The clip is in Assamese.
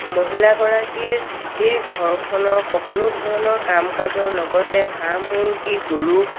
মহিলাগৰাকীৰ ই ঘৰখনৰ সকলো ধৰণৰ কাম কাজৰ লগতে হাঁহ মুৰ্গী গৰু